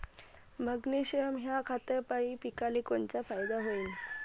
Magnesium ह्या खतापायी पिकाले कोनचा फायदा होते?